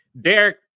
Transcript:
Derek